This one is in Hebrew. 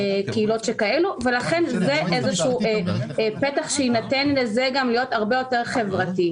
קהילות שכאלו ולכן זה איזשהו פתח שינתן לזה גם להיות הרבה יותר חברתי.